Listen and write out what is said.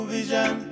Vision